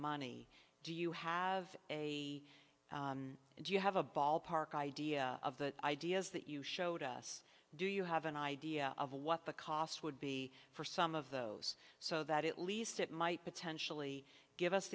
money do you have a do you have a ballpark idea of the ideas that you showed us do you have an idea of what the cost would be for some of those so that at least it might potentially give us